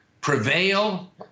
prevail